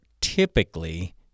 typically